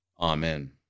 Amen